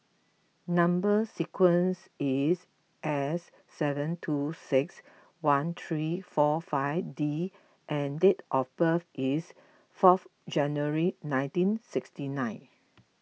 Number Sequence is S seven two six one three four five D and date of birth is fourth January nineteen sixty nine